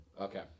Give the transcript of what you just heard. okay